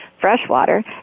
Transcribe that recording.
freshwater